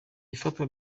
ifatwa